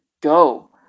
go